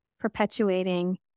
perpetuating